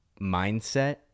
mindset